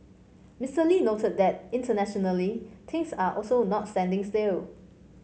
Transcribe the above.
Mister Lee noted that internationally things are also not standing still